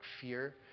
fear